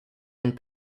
and